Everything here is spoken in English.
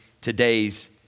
today's